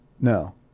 No